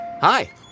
Hi